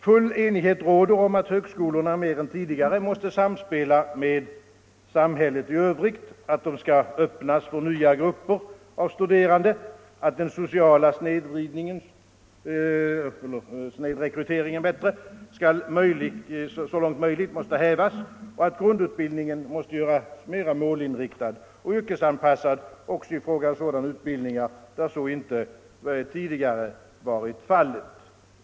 Full enighet råder om att högskolorna mer än tidigare måste samspela med samhället i övrigt, att de skall öppnas för nya grupper av studerande, att den sociala snedrekryteringen så långt möjligt måste hävas och att grundutbildningen måste göras mera målinriktad och yrkesanpassad, också i fråga om sådana utbildningar där så inte tidigare varit fallet.